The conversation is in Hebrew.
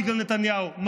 בגלל נתניהו.